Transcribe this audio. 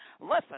Listen